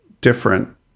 different